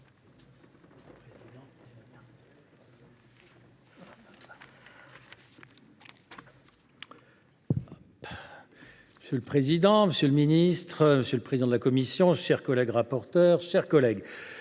Monsieur le président, monsieur le ministre, monsieur le président de la commission, monsieur le rapporteur, mes chers collègues,